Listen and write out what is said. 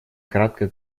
кратко